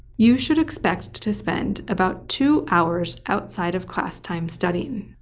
you should expect to spend about two hours outside of class time studying.